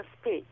speech